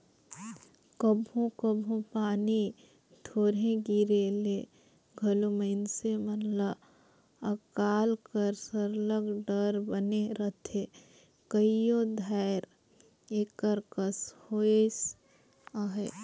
कभों कभों पानी थोरहें गिरे ले घलो मइनसे मन ल अकाल कर सरलग डर बने रहथे कइयो धाएर एकर कस होइस अहे